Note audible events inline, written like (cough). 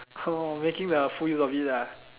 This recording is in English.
(noise) making the full use of it ah